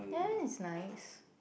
that is nice